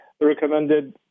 recommended